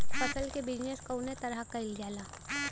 फसल क बिजनेस कउने तरह कईल जाला?